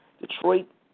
Detroit